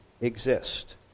exist